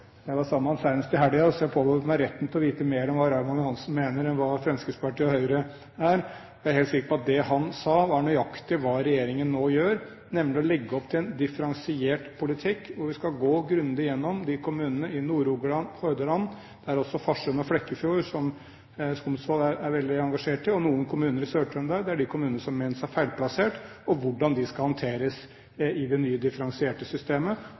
jeg var sammen med ham senest i helgen – så jeg påberoper meg retten til å vite mer om hva Raymond Johansen mener enn Fremskrittspartiet og Høyre gjør. Jeg er helt sikker på at det han sa, var nøyaktig det regjeringen nå gjør – nemlig at vi legger opp til en differensiert politikk hvor vi skal gå grundig gjennom disse kommunene i Nord-Rogaland og Hordaland, også Farsund og Flekkefjord, som Skumsvoll er veldig engasjert i, og noen kommuner i Sør-Trøndelag – det er de kommunene som mener seg feilplassert. Vi skal finne ut hvordan de skal håndteres i det nye, differensierte systemet,